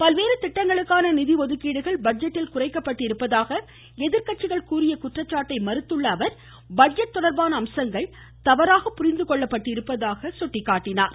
பல்வேறு திட்டங்களுக்கான நிதி பட்ஜெட்டில் ஒதுக்கீடுகள் குறைக்கப்பட்டிருப்பதாக எதிர்கட்சிகள் கூறிய குற்றச்சாட்டை மறுத்துள்ள அவர் பட்ஜெட் தொடர்பான அம்சங்கள் தவறாக புரிந்துகொள்ளப்பட்டிருப்பதாக கூறினார்